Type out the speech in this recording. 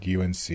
UNC